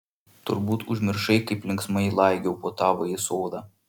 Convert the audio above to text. turbūt užmiršai kaip linksmai laigiau po tavąjį sodą